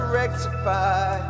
rectify